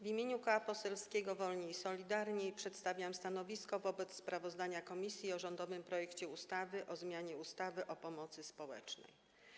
W imieniu Koła Poselskiego Wolni i Solidarni przedstawiam stanowisko wobec sprawozdania komisji o rządowym projekcie ustawy o zmianie ustawy o pomocy społecznej.